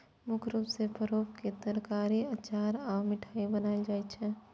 मुख्य रूप सं परोर के तरकारी, अचार आ मिठाइ बनायल जाइ छै